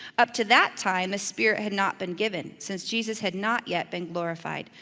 up to that time, the spirit had not been given, since jesus had not yet been glorified.